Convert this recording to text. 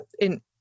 in-